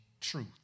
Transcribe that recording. truth